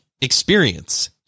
experience